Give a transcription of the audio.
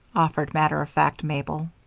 offered matter-of-fact mabel.